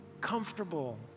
comfortable